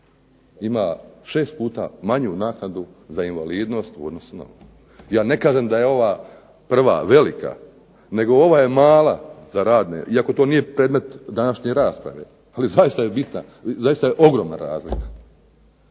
ima 6 puta manju naknadu za invalidnost u odnosu na… Ja ne kažem da je ova prva velika nego ova je mala za radne, iako to nije predmet današnje rasprave, ali zaista je bitna, zaista je ogromna razlika,